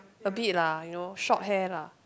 a bit lah you know short hair lah